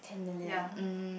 ya